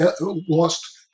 lost